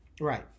right